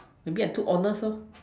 maybe I'm too honest lah